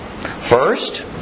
First